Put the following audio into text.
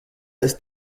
ist